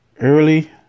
early